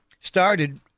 started